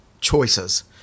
choices